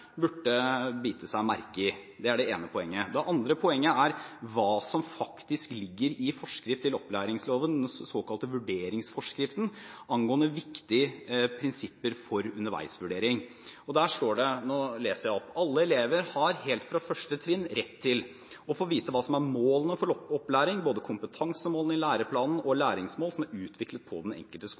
burde bite seg merke i. Det er det ene poenget. Det andre poenget er hva som faktisk ligger i forskrift til opplæringsloven, den såkalte vurderingsforskriften, angående viktige prinsipper for underveisvurdering. Og der står det – jeg leser opp: «Alle elever helt fra 1. trinn har rett til: – å få vite hva som er målene for opplæringen, både kompetansemålene i læreplanene og læringsmål som er utviklet på den enkelte skole